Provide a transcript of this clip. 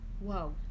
wow